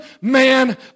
man